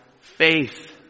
faith